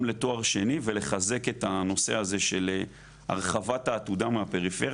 גם לתואר שני ולחזק את הנושא הזה של הרחבת העתודה מהפריפריה.